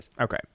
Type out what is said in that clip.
Okay